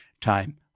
time